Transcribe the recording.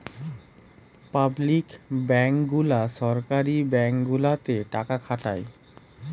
public bank গুলা সরকারি bank গুলাতে টাকা খাটায়